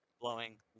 blowing